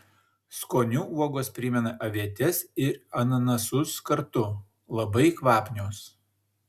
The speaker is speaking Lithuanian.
skoniu uogos primena avietes ir ananasus kartu labai kvapnios